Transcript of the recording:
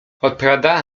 odpowiada